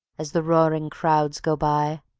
as the roaring crowds go by?